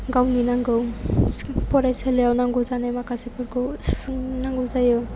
गावनि नांगौ फरायसालियाव नांगौ जानाय माखासेफोरखौ सुफुंनांगौ जायो